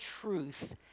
truth